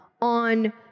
on